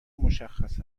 مشخص